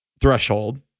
threshold